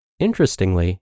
interestingly